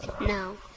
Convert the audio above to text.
No